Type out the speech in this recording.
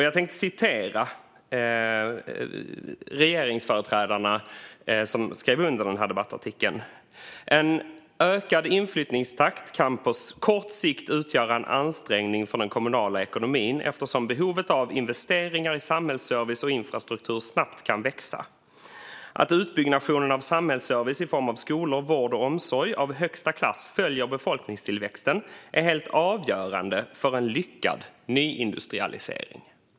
Jag tänkte citera regeringsföreträdarna som skrev under debattartikeln: "En ökad inflyttningstakt kan på kort sikt utgöra en ansträngning på den kommunala ekonomin eftersom behovet av investeringar i samhällsservice och infrastruktur snabbt kan växa. Att utbyggnationen av samhällsservice i form av skolor, vård och omsorg av högsta klass följer befolkningstillväxten är helt avgörande för en lyckad nyindustrialisering."